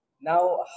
Now